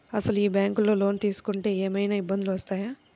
అసలు ఈ బ్యాంక్లో లోన్ తీసుకుంటే ఏమయినా ఇబ్బందులు వస్తాయా?